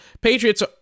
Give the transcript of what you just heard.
Patriots